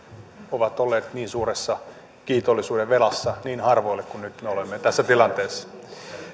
ovat olleet niin suuressa kiitollisuudenvelassa niin harvoille kuin nyt me olemme tässä tilanteessa